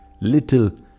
little